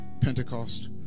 Pentecost